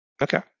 Okay